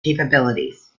capabilities